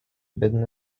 بدون